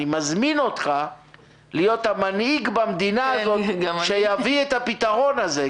אני מזמין אותך להיות המנהיג במדינה הזאת שיביא את הפתרון הזה.